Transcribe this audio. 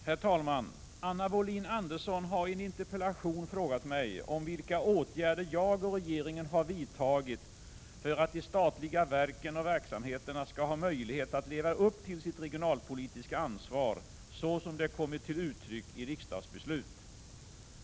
Herr talman! Anna Wohlin-Andersson har i en interpellation frågat mig om vilka åtgärder jag och regeringen har vidtagit för att de statliga verken och verksamheterna skall ha möjlighet att leva upp till sitt regionalpolitiska ansvar så som det kommit till uttryck i riksdagsbeslut.